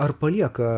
ar palieka